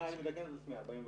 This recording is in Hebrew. סליחה, עם נגדים --- 44.